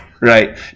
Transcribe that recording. right